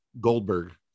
Goldberg